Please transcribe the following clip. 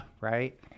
right